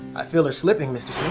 i feel her slipping, mr.